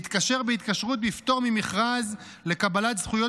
להתקשר בהתקשרות בפטור ממכרז לקבלת זכויות